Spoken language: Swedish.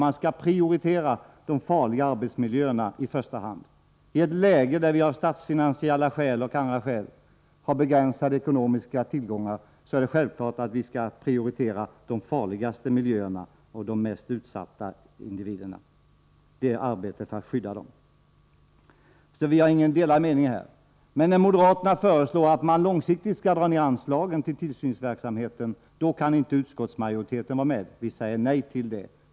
Likaså skall arbetet med de farliga arbetsmiljöerna prioriteras. I ett läge där vi av statsfinansiella och andra skäl har begränsade ekonomiska tillgångar är det självklart att vi skall prioritera arbetet med de farligaste miljöerna och skyddet för de mest utsatta individerna. Det råder inga delade meningar härom. Men när moderaterna föreslår att man på lång sikt skall dra ned anslagen till tillsynsverksamheten kan inte utskottsmajoriteten vara med. Vi säger nej till detta förslag.